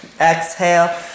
Exhale